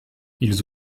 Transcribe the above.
ils